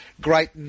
great